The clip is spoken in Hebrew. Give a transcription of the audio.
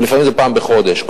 ולפעמים זה פעם בחודש.